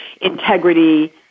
integrity